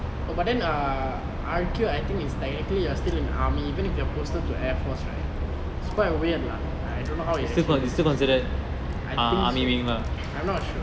oh but then err R_Q I think is technically you are still in army even if you are posted to air force right it's quite weird lah I don't know how it actually works I think so I'm not sure